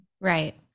Right